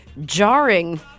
jarring